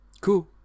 cool